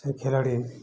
ସେ ଖେଳାଡ଼ି